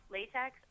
Latex